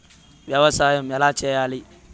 వ్యవసాయం ఎలా చేయాలి?